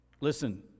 Listen